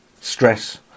stress